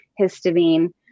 histamine